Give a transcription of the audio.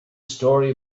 story